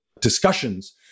discussions